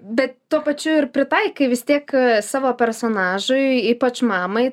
bet tuo pačiu ir pritaikai vis tiek savo personažui ypač mamai